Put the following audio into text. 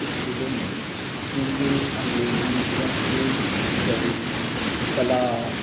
इस्कूलों में हिन्दी अंग्रेज़ी संस्कृत गणित कला